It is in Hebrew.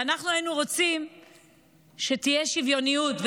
ואנחנו היינו רוצים שתהיה שוויוניות.